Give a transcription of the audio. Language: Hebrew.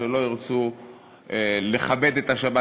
שלא ירצו לכבד את השבת,